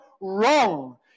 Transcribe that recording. wrong